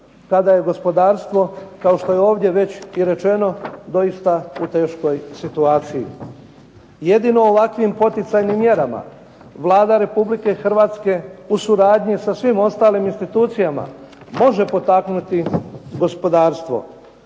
kada je gospodarstvo kao što je ovdje već i rečeno doista u teškoj situaciji. Jedino ovakvim poticajnim mjerama Vlada Republike Hrvatske u suradnji sa svim ostalim institucijama može potaknuti gospodarstvo.